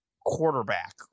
quarterback